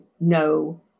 no